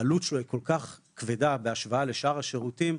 העלות שלו היא כ"כ כבדה בהשוואה לשאר השירותים,